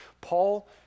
Paul